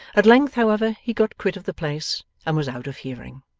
at length, however, he got quit of the place, and was out of hearing.